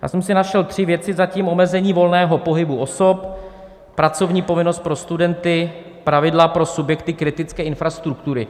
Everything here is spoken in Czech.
Já jsem si našel tři věci zatím omezení volného pohybu osob, pracovní povinnost pro studenty, pravidla pro subjekty kritické infrastruktury.